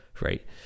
Right